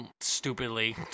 stupidly